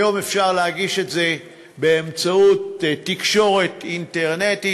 היום אפשר להגיש את זה באמצעות תקשורת אינטרנטית